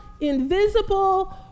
invisible